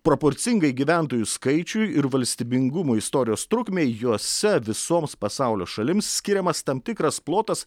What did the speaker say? proporcingai gyventojų skaičiui ir valstybingumo istorijos trukmei juose visoms pasaulio šalims skiriamas tam tikras plotas